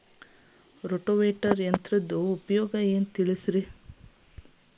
rotavator ಯಂತ್ರದ ಉಪಯೋಗಗಳನ್ನ ತಿಳಿಸಿರಿ